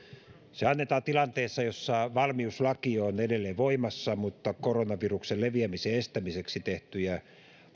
se annetaan tilanteessa jossa valmiuslaki on edelleen voimassa mutta koronaviruksen leviämisen estämiseksi tehtyjä